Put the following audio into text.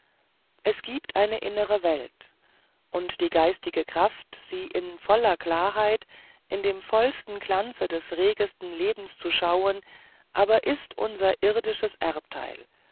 es gibt eine innere welt und die geistige kraft sie in voller klarheit in dem vollendetsten glanze des regesten lebens zu schauen aber es ist unser irdisches erbteil